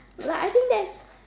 like I think that's